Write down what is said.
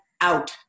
out